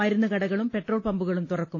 മരുന്നുകടകളും petrol പമ്പുകളും തുറക്കും